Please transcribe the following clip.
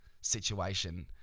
situation